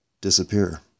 disappear